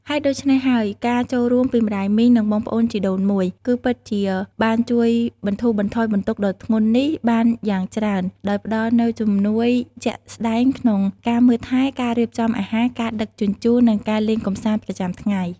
ហេតុដូច្នេះហើយ ការចូលរួមពីម្ដាយមីង និងបងប្អូនជីដូនមួយ គឺពិតជាបានជួយបន្ធូរបន្ថយបន្ទុកដ៏ធ្ងន់នេះបានយ៉ាងច្រើន ដោយផ្ដល់នូវជំនួយជាក់ស្ដែងក្នុងការមើលថែ ការរៀបចំអាហារ ការដឹកជញ្ជូន និងការលេងកម្សាន្តប្រចាំថ្ងៃ។